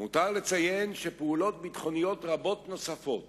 למותר לציין שפעולות ביטחוניות רבות נוספות